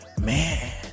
man